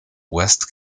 west